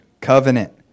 Covenant